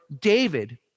David